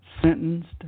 sentenced